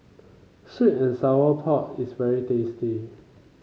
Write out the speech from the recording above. sweet and Sour Pork is very tasty